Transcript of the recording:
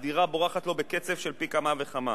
הדירה בורחת לו בקצב של פי כמה וכמה.